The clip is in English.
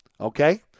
okay